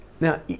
Now